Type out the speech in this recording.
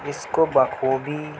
اس کو بخوبی